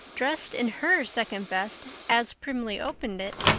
dressed in her second best, as primly opened it,